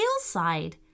hillside